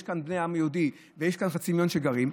כאן בני העם היהודי ויש כאן חצי מיליון שגרים,